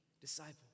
disciples